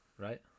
right